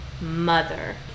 mother